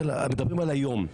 אנחנו מדברים על היום,